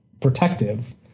protective